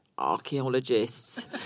Archaeologists